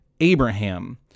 Abraham